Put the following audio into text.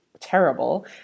Terrible